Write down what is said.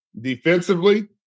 Defensively